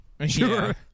Sure